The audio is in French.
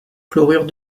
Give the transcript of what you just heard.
chlorure